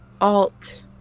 alt